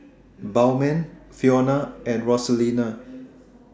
Bowman Fiona and Rosalinda